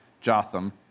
Jotham